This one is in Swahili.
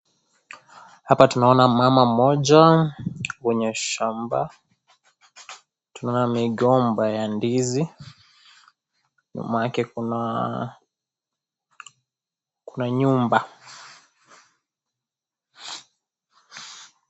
Hapa tunaona mama mmoja kwenye shamba tunaona migomba ya ndizi nyuma yake kuna nyumba.